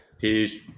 Peace